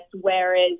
whereas